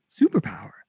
superpower